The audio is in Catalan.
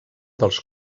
dels